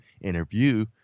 interview